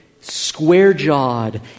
square-jawed